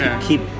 keep